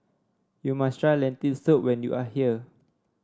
you must try Lentil Soup when you are here